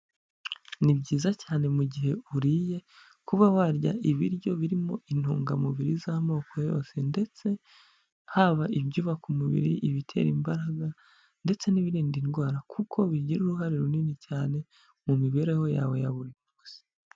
Ni byiza cyane mu gihe uriye, kuba warya ibiryo birimo intungamubiri z'amoko yose ndetse haba ibyubaka umubiri, ibitera imbaraga ndetse n'ibirinda indwara, kuko bigira uruhare runini cyane mu mibereho yawe ya buri munsi.